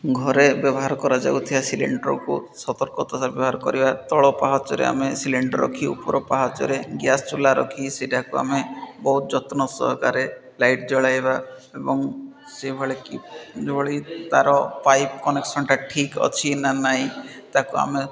ଘରେ ବ୍ୟବହାର କରାଯାଉଥିବା ସିଲିଣ୍ଡରକୁ ସତର୍କତା ବ୍ୟବହାର କରିବା ତଳ ପାହାଚରେ ଆମେ ସିଲିଣ୍ଡର ରଖି ଉପର ପାହାଚରେ ଗ୍ୟାସ୍ ଚୁଲା ରଖି ସେଇଟାକୁ ଆମେ ବହୁତ ଯତ୍ନ ସହକାରେ ଲାଇଟ୍ ଜଳାଇବା ଏବଂ ସେଭଳି କି ଯେଉଁଭଳି ତା'ର ପାଇପ୍ କନେକ୍ସନ୍ଟା ଠିକ୍ ଅଛି ନା ନାଇଁ ତାକୁ ଆମେ